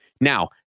Now